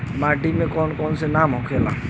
माटी के कौन कौन नाम होखे ला?